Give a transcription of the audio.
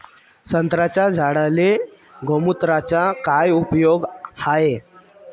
संत्र्याच्या झाडांले गोमूत्राचा काय उपयोग हाये?